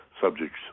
subjects